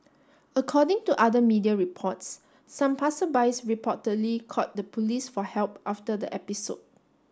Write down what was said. according to other media reports some passersbys reportedly called the police for help after the episode